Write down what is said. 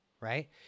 right